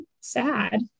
sad